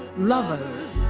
lovers,